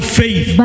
faith